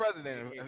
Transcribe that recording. president